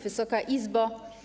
Wysoka Izbo!